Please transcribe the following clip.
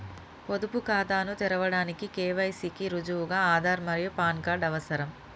పొదుపు ఖాతాను తెరవడానికి కే.వై.సి కి రుజువుగా ఆధార్ మరియు పాన్ కార్డ్ అవసరం